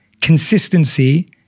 consistency